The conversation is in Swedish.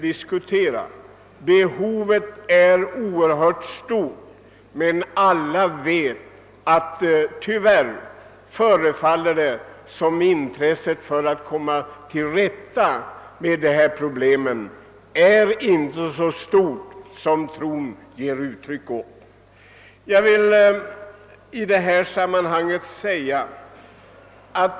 Detta behov är oerhört stort, men tyvärr förefaller det som om intresset för att verkligen komma till rätta med problemet är ringa.